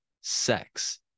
sex